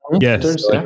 Yes